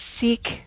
seek